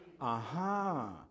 Aha